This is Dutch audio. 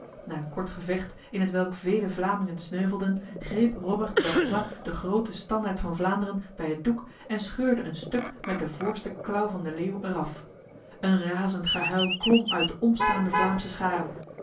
na een kort gevecht in hetwelk vele vlamingen sneuvelden greep robert d'artois de grote standaard van vlaanderen bij het doek en scheurde een stuk met de voorste klauw van de leeuw eraf een razend gehuil klom uit de omstaande vlaamse scharen